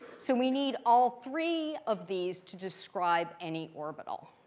so we need all three of these to describe any orbital.